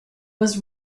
was